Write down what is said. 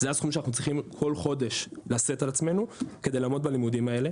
זה הסכום שאנחנו צריכים כל חודש לשאת על עצמנו כדי לעמוד בלימודים האלה.